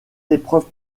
épreuves